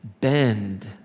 Bend